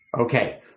Okay